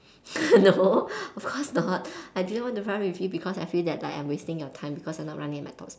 no of course not I didn't want to run with you because I feel that like I'm wasting your time because I'm not running at my top